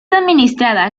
administrada